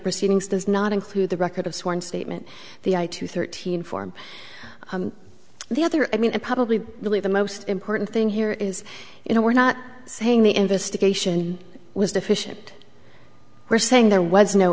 proceedings does not include the record of sworn statement the i two thirteen form the other i mean a probably really the most important thing here is you know we're not saying the investigation was deficient we're saying there was no